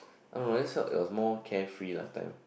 I don;t know I just felt it was more care free last time